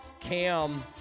Cam